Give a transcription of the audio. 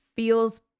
feels